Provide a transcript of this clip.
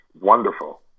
wonderful